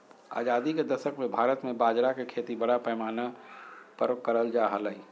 आजादी के दशक मे भारत मे बाजरा के खेती बड़ा पैमाना पर करल जा हलय